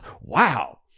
Wow